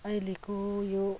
अहिलेको यो